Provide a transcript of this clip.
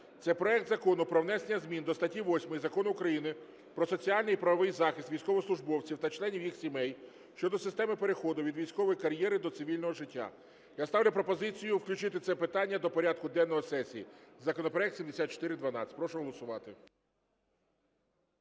Це проект Закону про внесення змін до статті 8 Закону України “Про соціальний і правовий захист військовослужбовців та членів їх сімей” щодо системи переходу від військової кар’єри до цивільного життя. Я ставлю пропозицію включити це питання до порядку денного сесії. Законопроект 7412. Прошу голосувати.